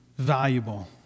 Valuable